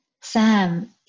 Sam